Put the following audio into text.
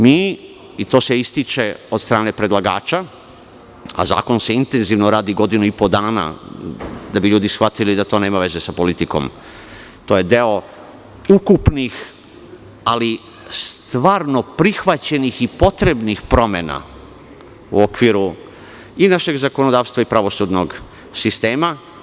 Mi, i to se ističe od strane predlagača, a zakon se intenzivno radi godinu i po dana da bi ljudi shvatili da to nema veze sa politikom, to je deo ukupnih, ali stvarno prihvaćenih potrebnih promena u okviru i našeg zakonodavstva i pravosudnog sistema.